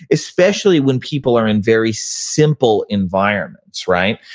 especially when people are in very simple environments. right?